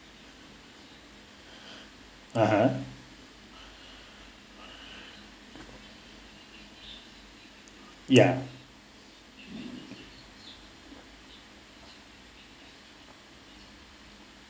(uh huh) ya